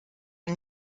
und